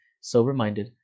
sober-minded